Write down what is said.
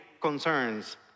concerns